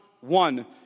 one